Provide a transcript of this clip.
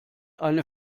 eine